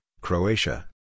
Croatia